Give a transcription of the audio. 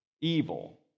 evil